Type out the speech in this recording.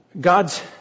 God's